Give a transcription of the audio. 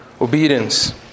obedience